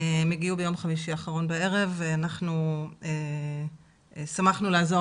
הם הגיעו ביום חמישי האחרון בערב ואנחנו שמחנו לעזור